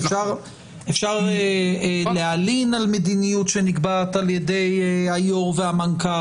אפשר להלין על מדיניות שנקבעת על ידי היושב ראש והמנכ"ל,